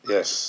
Yes